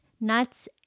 nuts